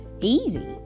easy